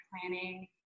planning